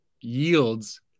yields